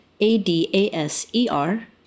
A-D-A-S-E-R